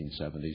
1970s